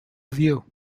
view